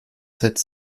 sept